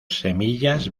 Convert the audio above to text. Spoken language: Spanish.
semillas